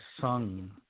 sung